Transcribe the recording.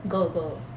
girl girl